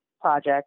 project